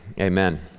amen